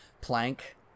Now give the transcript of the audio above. plank